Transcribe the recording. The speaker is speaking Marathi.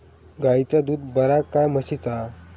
गायचा दूध बरा काय म्हशीचा?